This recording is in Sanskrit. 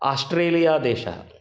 आष्ट्रेलियादेशः